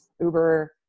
Uber